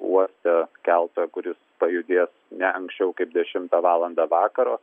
uoste keltą kuris pajudės ne anksčiau kaip dešimtą valandą vakaro